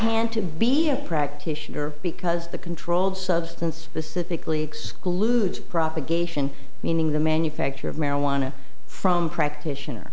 can't to be a practitioner because the controlled substance the civically excludes propagation meaning the manufacture of marijuana from practitioner